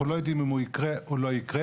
אנחנו לא יודעים אם הוא יקרה או לא יקרה.